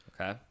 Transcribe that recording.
Okay